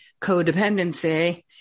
codependency